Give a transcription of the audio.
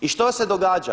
I što se događa?